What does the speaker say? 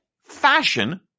fashion